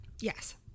Yes